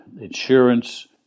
insurance